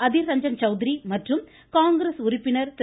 அதிர் ரஞ்சன் சௌத்ரி மற்றும் காங்கிரஸ் உறுப்பினர் திரு